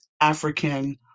African